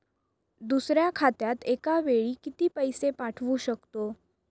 दुसऱ्या खात्यात एका वेळी किती पैसे पाठवू शकतो?